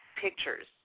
pictures